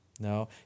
No